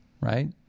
right